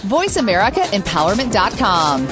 VoiceAmericaEmpowerment.com